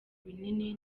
binini